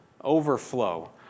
overflow